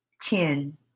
ten